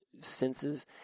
senses